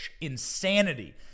insanity